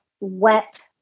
wet